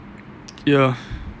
ya